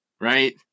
right